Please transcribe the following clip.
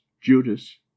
judas